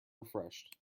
refreshed